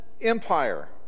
empire